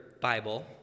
Bible